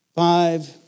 five